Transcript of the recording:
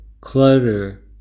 clutter